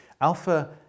Alpha